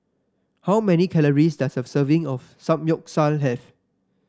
how many calories does a serving of Samgyeopsal have